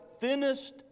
thinnest